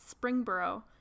Springboro